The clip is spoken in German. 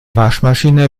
waschmaschine